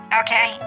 okay